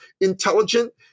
intelligent